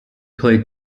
played